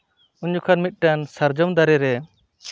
ᱩᱱ ᱡᱚᱠᱷᱚᱱ ᱢᱤᱫᱴᱟᱱ ᱥᱟᱨᱡᱚᱢ ᱫᱟᱨᱮ ᱨᱮ